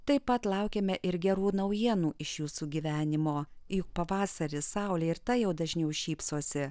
taip pat laukiame ir gerų naujienų iš jūsų gyvenimo juk pavasaris saulė ir ta jau dažniau šypsosi